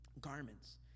garments